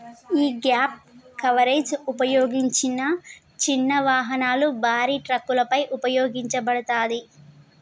యీ gap coverage ఉపయోగించిన చిన్న వాహనాలు, భారీ ట్రక్కులపై ఉపయోగించబడతాది